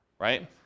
Right